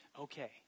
okay